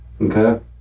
Okay